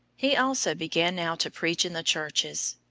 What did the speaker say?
he also began now to preach in the churches.